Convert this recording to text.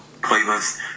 playlist